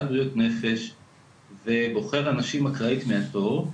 בריאות נפש ובוחר אנשים אקראית מהתור,